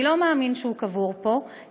אני לא מאמין שהוא קבור פה,